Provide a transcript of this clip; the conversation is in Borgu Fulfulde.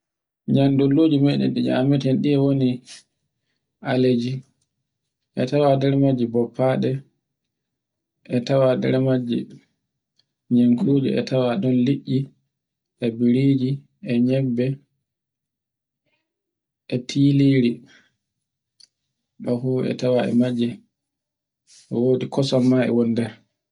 nyan dolloje meɗen ɗe nyameten ɗiye woni alleji. E tawa nder majje baffaɗe, a tawa nder majji ninkuji, a tawa ɗun liɗɗi, e biriji e nyebbe, e tiliri, e bafu e tawa e majje. E wodi kosam ma e woni nder.